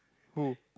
who